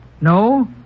No